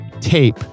tape